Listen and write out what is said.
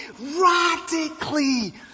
radically